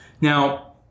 Now